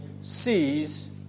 sees